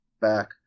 back